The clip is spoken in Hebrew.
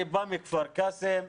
אני בא מכפר קאסם,